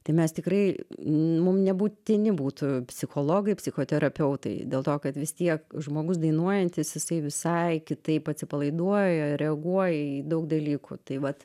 tai mes tikrai mum nebūtini būtų psichologai psichoterapeutai dėl to kad vis tiek žmogus dainuojantis jisai visai kitaip atsipalaiduoja reaguoja į daug dalykų tai vat